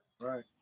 Right